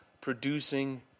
producing